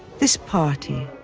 this party,